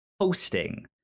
hosting